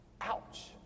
Ouch